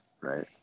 Right